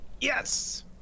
Yes